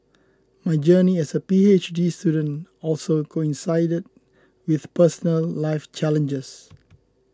my journey as a P H D student also coincided with personal life challenges